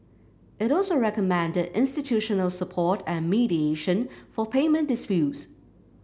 it also recommended institutional support and mediation for payment disputes